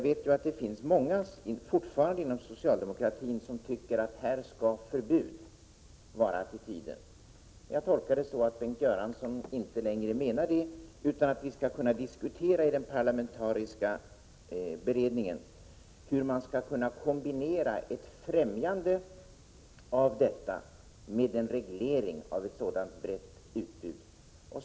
Det finns fortfarande många inom socialdemokratin som tycker att man skall inta en förbudsattityd. Jag tolkar det nu så att Bengt Göransson inte längre menar på det sättet, utan att vi i den parlamentariska beredningen skall kunna diskutera hur man skall kombinera ett främjande av detta med en reglering av ett sådant brett utbud.